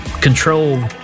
control